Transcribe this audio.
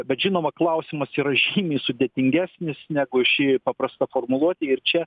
bet žinoma klausimas yra žymiai sudėtingesnis negu ši paprasta formuluotė ir čia